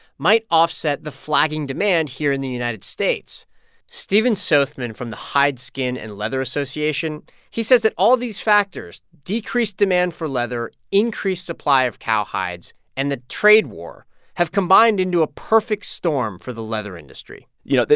might offset the flagging demand here in the united states stephen sothmann from the hide, skin and leather association association he says that all these factors decreased demand for leather, increased supply of cow hides and the trade war have combined into a perfect storm for the leather industry you know,